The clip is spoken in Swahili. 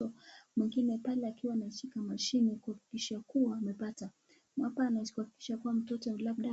mwingine pale akiwa anashika mashine kuhakikisha kuwa amepata. Hapa anahakikisha kuwa mtoto yule labda